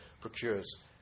procures